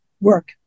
work